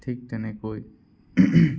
ঠিক তেনেকৈ